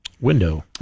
window